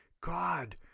God